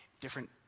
different